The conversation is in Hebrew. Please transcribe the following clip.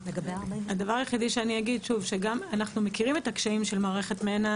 הדבר היחידי הוא שאנחנו מכירים את הקשיים של מערכת מנ"ע,